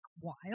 wild